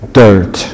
dirt